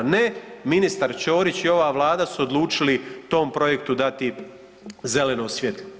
Ne, ministar Ćorić i ova Vlada su odlučili tom projektu dati zeleno svjetlo.